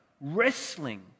wrestling